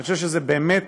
אני חושב שזה באמת